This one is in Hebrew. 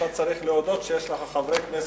אתה צריך להודות שיש לך חברי כנסת,